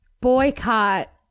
boycott